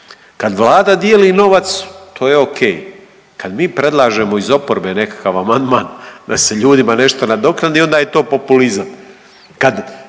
Kad Vlada dijeli novac to je o.k. Kad mi predlažemo iz oporbe nekakav amandman da se ljudima nešto nadoknadi onda je to populizam. Kad